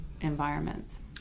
environments